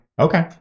Okay